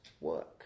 work